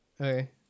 Okay